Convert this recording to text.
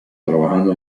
trabajando